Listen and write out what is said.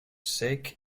secs